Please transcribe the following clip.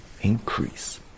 increase